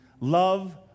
Love